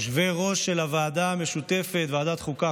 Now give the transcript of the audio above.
יושבי-הראש של הוועדה המשותפת לוועדת החוקה,